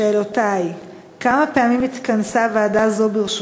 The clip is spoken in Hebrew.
שאלותי: 1. כמה פעמים התכנסה ועדה זו ברשות,